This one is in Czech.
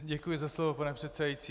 Děkuji za slovo, pane předsedající.